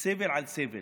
סבל על סבל.